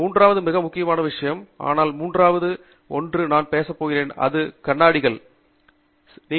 மூன்றாவது மிக முக்கியமான விஷயம் ஆனால் மூன்றாவது ஒன்று நான் பேச போகிறேன் அது பாதுகாப்பு கண்ணாடிகளை சரி